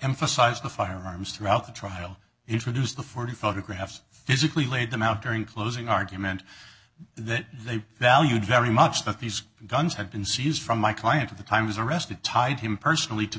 emphasized the firearms throughout the trial he introduced the forty photographs physically laid them out during closing argument that they valued very much that these guns had been seized from my client at the time was arrested tied him personally to